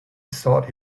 sought